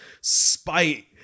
spite